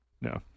No